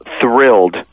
thrilled